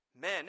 Men